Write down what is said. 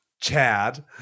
Chad